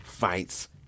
fights